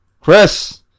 Chris